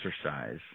exercise